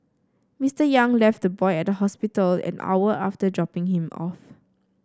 Mister Yang left the boy at the hospital an hour after dropping him off